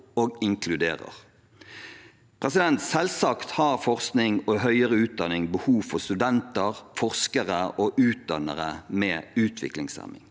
og inkluderer. Selvsagt har forskning og høyere utdanning behov for studenter, forskere og utdannere med utviklingshemning.